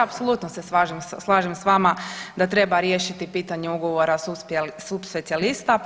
Apsolutno se slažem s vama da treba riješiti pitanje ugovora subspecijalista.